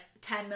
ten